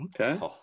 Okay